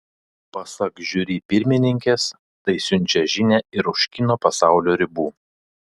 pasak žiuri pirmininkės tai siunčia žinią ir už kino pasaulio ribų